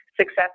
success